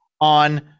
on